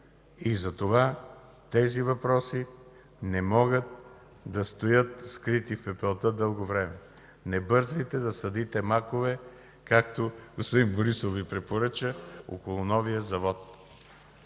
Затова тези въпроси не могат да стоят скрити в пепелта дълго време. Не бързайте да садите макове, както господин Борисов Ви препоръча, около новия завод.